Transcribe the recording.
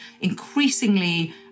increasingly